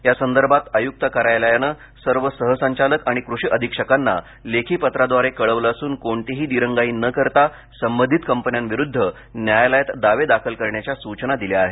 यासंदर्भात आयुक्त कार्यालयाने सर्व सहसंचालक आणि कृषी अधीक्षकांना लेखी पत्राद्वारे कळवले असून कोणतीही दिरंगाई न करता संबंधित कंपन्यांविरुद्ध न्यायालयात दावे दाखल करण्याच्या सूचना दिल्या आहेत